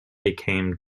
became